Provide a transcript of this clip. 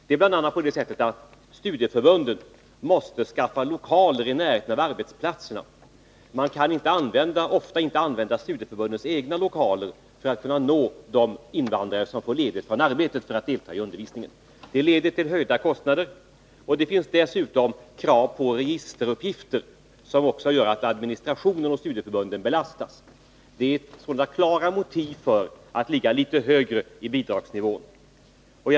Det är bl.a. så att studieförbunden måste skaffa lokaler i närheten av arbetsplatserna. Man kan ofta inte använda studieförbundens egna lokaler för att nå de invandrare som får ledigt från arbetet för att delta i undervisningen. Det leder till höjda kostnader. Det finns dessutom krav på registeruppgifter, som också gör att administrationen hos studieförbunden belastas. Det är sålunda klara motiv för att ligga litet högre i bidragsnivå.